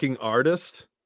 artist